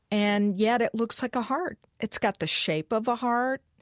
and yet it looks like a heart. it's got the shape of a heart,